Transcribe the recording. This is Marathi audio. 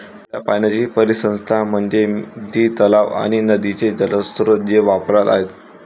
गोड्या पाण्याची परिसंस्था म्हणजे ती तलाव आणि नदीचे जलस्रोत जे वापरात आहेत